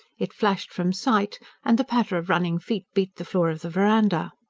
it flashed from sight and the patter of running feet beat the floor of the verandah.